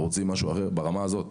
אנחנו רוצים משהו אחר זה ברמה הזאת.